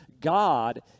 God